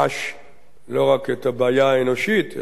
לא רק את הבעיה האנושית אלא גם בצורך